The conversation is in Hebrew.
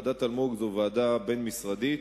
ועדת-אלמוג זו ועדה בין-משרדית